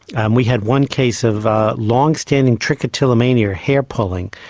um we had one case of long standing trichotillomania, hair pulling,